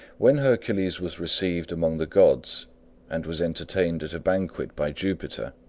when hercules was received among the gods and was entertained at a banquet by jupiter,